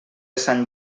sant